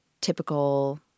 typical